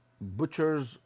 butchers